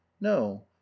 No